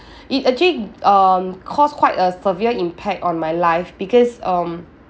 it actually um caused quite a severe impact on my life because um